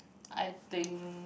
I think